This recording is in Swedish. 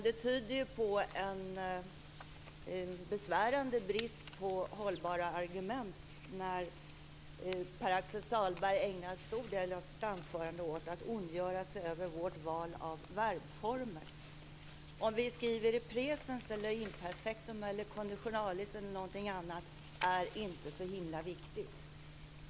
Det tyder på en besvärande brist på hållbara argument att Pär Axel Sahlberg ägnar en stor del av sitt anförande åt att ondgöra sig över vårt val av verbformer. Om vi skriver i presens, imperfekt, konditionalis eller någonting annat är inte så himla viktigt.